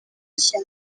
nshya